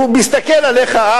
הוא מסתכל עליך,